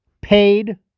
paid